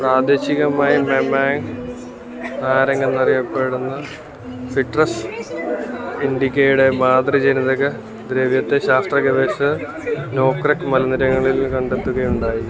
പ്രാദേശികമായി മെമാംഗ് നാരംഗെന്നറിയപ്പെടുന്ന സിട്രസ് ഇൻഡിക്കയുടെ മാതൃ ജനിതക ദ്രവ്യത്തെ ശാസ്ത്ര ഗവേഷകർ നോക്രെക് മലനിരകളിൽ കണ്ടെത്തുകയുണ്ടായി